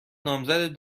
نامزد